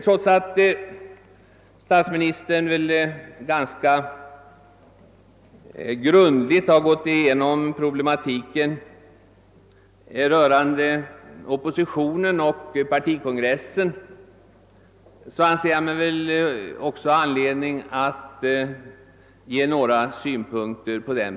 Trots att statsministern ganska grundligt har gått igenom problematiken rörande oppositionen och partikongressen anser jag mig ha anledning att också anföra några synpunkter härpå.